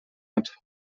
hat